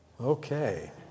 Okay